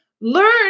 Learn